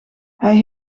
hij